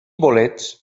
bolets